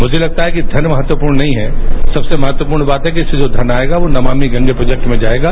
मुझे लगता है कि धन महत्वपूर्ण नहीं है सबसे मूहत्वपूर्ण बात यह है कि इससे जो घन आएगा वो नमामि गंगे प्रोजक्ट में जाएगा